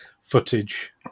footage